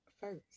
First